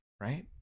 right